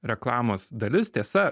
reklamos dalis tiesa